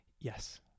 Yes